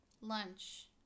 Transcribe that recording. Lunch